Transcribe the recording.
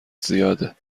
زیاده